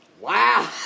Wow